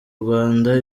rwanda